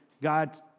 God